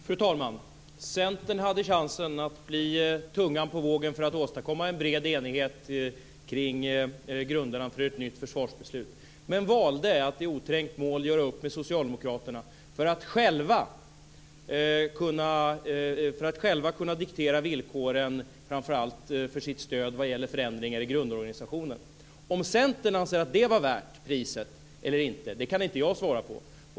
Fru talman! Centern hade chansen att bli tungan på vågen för att åstadkomma en bred enighet kring grunderna för ett nytt försvarsbeslut, men valde att i oträngt mål göra upp med Socialdemokraterna för att själva kunna diktera villkoren, framför allt för sitt stöd vad gäller förändringar i grundorganisationen. Om Centern anser att det var värt priset eller inte kan inte jag svara på.